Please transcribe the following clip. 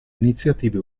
iniziative